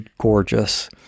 gorgeous